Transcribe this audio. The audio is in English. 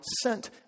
sent